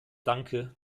danke